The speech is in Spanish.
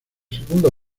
segundo